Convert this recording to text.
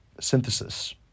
synthesis